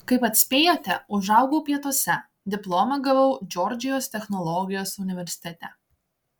kaip atspėjote užaugau pietuose diplomą gavau džordžijos technologijos universitete